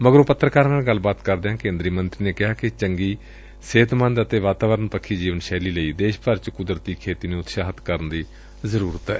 ਮਗਰੋ ਪੱਤਰਕਾਰਾ ਨਾਲ ਗੱਲਬਾਤ ਕਰਦਿਆਂ ਕੇਦਰੀ ਮੰਤਰੀ ਨੇ ਕਿਹਾ ਕਿ ਚੰਗੀ ਸਿਹਤਮੰਦ ਅਤੇ ਵਾਤਾਵਰਣ ਪੱਖੀ ਜੀਵਨ ਸ਼ੈਲੀ ਲਈ ਦੇਸ਼ ਭਰ ਚ ਕੁਦਰਤੀ ਖੇਤੀ ਨੂੰ ਉਤਸ਼ਾਹਿਤ ਕਰਨ ਦੀ ਜ਼ਰੁਰਤ ਏ